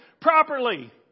properly